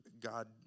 God